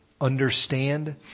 understand